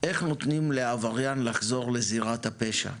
איך נותנים לעבריים לחזור לזירת הפשע.